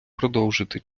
продовжити